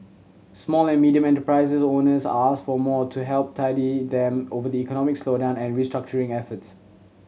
small and medium enterprises owners asked for more to help tide them over the economic slowdown and restructuring efforts